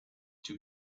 too